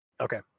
Okay